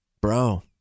Bro